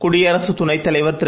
குடியரசுத் துணைத் தலைவர் திரு